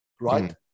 right